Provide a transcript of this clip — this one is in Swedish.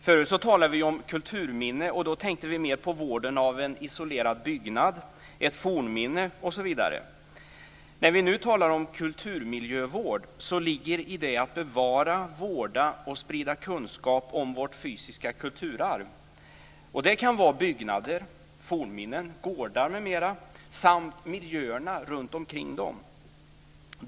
Förut talade vi om kulturminne, och då tänkte vi mer på vården av en isolerad byggnad, ett fornminne osv. När vi nu talar om kulturmiljövård ligger i det begreppet att bevara, vårda och sprida kunskap om vårt fysiska kulturarv. Det kan vara byggnader, fornminnen, gårdar m.m. samt miljöerna runtomkring dem.